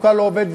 התפוקה לעובד,